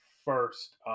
First